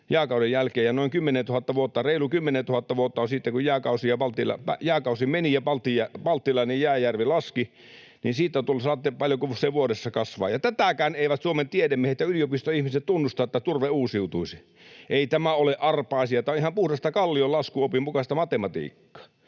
ja noin 10 000 vuotta, reilut 10 000 vuotta, on siitä, kun jääkausi meni ja Balttilainen jääjärvi laski — siitä saatte, paljonko se vuodessa kasvaa. Ja tätäkään eivät Suomen tiedemiehet ja yliopistoihmiset tunnusta, että turve uusiutuisi. Ei tämä ole arpa-asia, tämä on ihan puhdasta, Kallion laskuopin mukaista matematiikkaa.